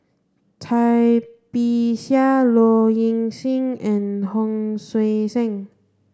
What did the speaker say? Cai Bixia Low Ing Sing and Hon Sui Sen